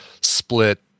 split